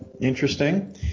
Interesting